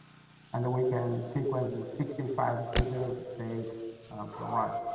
and we can sequence sixty five gig ah base per run.